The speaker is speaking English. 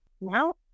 No